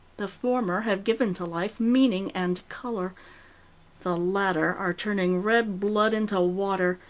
the former have given to life meaning and color the latter are turning red blood into water,